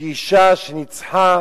כאשה שניצחה